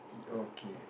okay